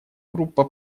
группа